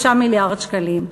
3 מיליארד שקלים.